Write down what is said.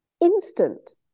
instant